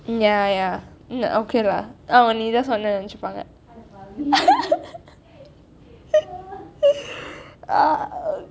ya ya இல்லை:illai okay lah ஆமாம் நீ தான் சொன்னேன் நினைச்சுப்பாங்க:aamaam ni thaan sonnen ninaichupanka